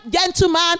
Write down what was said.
gentleman